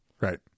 Right